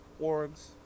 orgs